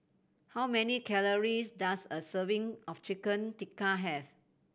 how many calories does a serving of Chicken Tikka have